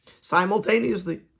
simultaneously